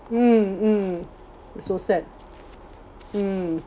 mm mm so sad mm